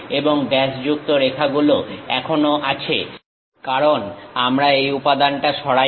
এবং ড্যাশযুক্ত রেখাগুলো এখনো আছে কারণ আমরা এই উপাদানটা সরাইনি